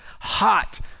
hot